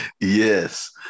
yes